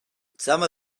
some